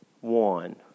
one